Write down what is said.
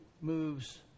moves